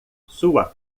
sua